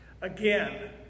Again